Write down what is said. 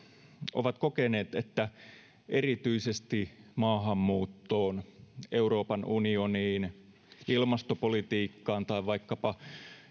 ovat kokeneet että erityisesti maahanmuuttoon euroopan unioniin ilmastopolitiikkaan tai vaikkapa